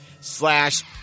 slash